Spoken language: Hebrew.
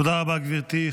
תודה רבה, גברתי.